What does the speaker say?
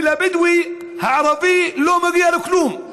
ולבדואי הערבי לא מגיע לו כלום,